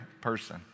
person